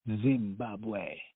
Zimbabwe